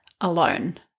alone